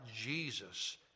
Jesus